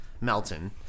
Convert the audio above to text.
Melton